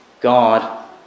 God